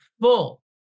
full